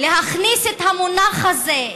להכניס את המונח הזה,